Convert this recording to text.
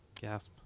gasp